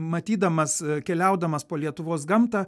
matydamas keliaudamas po lietuvos gamtą